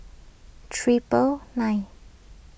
triple nine